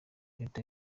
leta